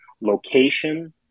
location